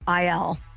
IL